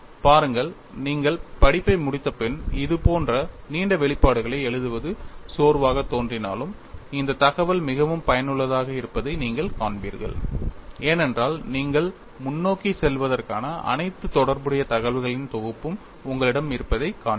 பாருங்கள் நீங்கள் படிப்பை முடித்தபின் இதுபோன்ற நீண்ட வெளிப்பாடுகளை எழுதுவது சோர்வாகத் தோன்றினாலும் இந்தத் தகவல் மிகவும் பயனுள்ளதாக இருப்பதை நீங்கள் காண்பீர்கள் ஏனென்றால் நீங்கள் முன்னோக்கிச் செல்வதற்கான அனைத்து தொடர்புடைய தகவல்களின் தொகுப்பும் உங்களிடம் இருப்பதைக் காண்பீர்கள்